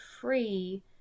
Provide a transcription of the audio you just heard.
free